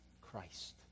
Christ